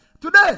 Today